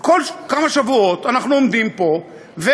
כל כמה שבועות אנחנו עומדים פה ורואים